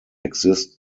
exist